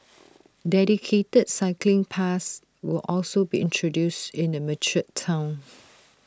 dedicated cycling paths will also be introduced in the mature Town